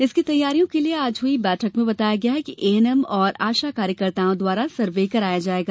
इसकी तैयारियों के लिये आज हुई बैठक में बताया गया कि एएनएम और आशा कार्यकर्ताओं द्वारा सर्वे कराया जाएगा